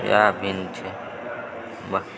इएह भिन्न छै